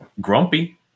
Grumpy